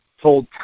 told